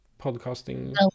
podcasting